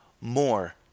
more